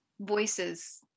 voices